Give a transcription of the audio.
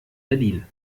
berlin